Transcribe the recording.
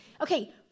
Okay